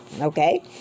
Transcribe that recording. Okay